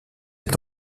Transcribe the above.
est